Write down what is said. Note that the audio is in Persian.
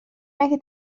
مگه